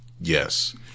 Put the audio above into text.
Yes